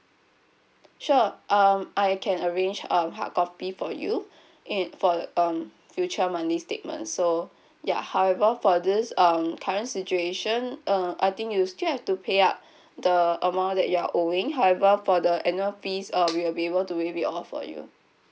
sure um I can arrange um hard copy for you and for um future monthly statements so ya however for this um current situation uh I think you still have to pay up the amount that you are owing however for the annual fees uh we'll be able to waive it off for you